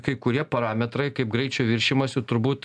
kai kurie parametrai kaip greičio viršijimas ir turbūt